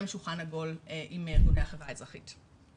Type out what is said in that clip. שולחן עגול עם ארגוני החברה האזרחית.